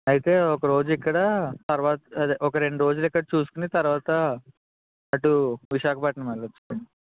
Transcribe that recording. అయితే ఒక రోజు ఇక్కడ తర్వాత అదే ఒక రెండు రోజులు ఇక్కడ చూసుకుని తర్వాత అటు విశాఖపట్నం వెళ్ళవచ్చు